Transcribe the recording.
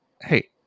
hey